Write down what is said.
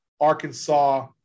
Arkansas